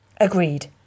Agreed